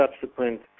subsequent